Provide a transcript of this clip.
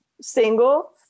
single